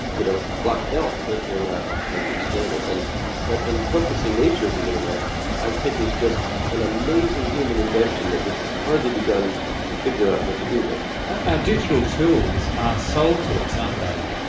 you know, clocks help, but they're not how you explain it. and that encompassing nature of the internet i think is just an amazing human invention that we have hardly begun to figure out what to do with. our digital tools are sold to us, aren't they,